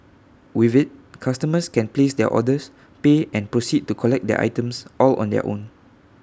with IT customers can place their orders pay and proceed to collect their items all on their own